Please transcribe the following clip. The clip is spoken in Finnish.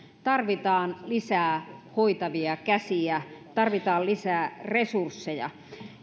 tarvitaan lisää hoitavia käsiä tarvitaan lisää resursseja